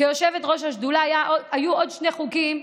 כיושבת-ראש השדולה, שהיו עוד שני חוקים,